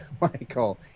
Michael